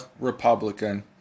Republican